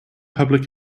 public